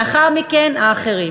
לאחר מכן, האחרים.